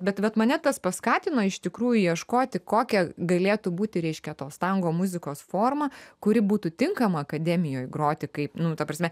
bet vat mane tas paskatino iš tikrųjų ieškoti kokia galėtų būti reiškia tos tango muzikos forma kuri būtų tinkama akademijoj groti kaip nu ta prasme